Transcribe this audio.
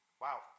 Wow